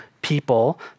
people